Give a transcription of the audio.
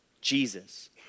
Jesus